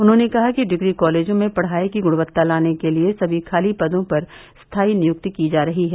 उन्होंने कहा कि डिग्री कॉलेजों में पढ़ायी की गुणवत्ता लाने के लिये सभी खाली पदों पर स्थायी नियुक्ति की जा रही है